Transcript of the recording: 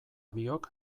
biok